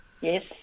Yes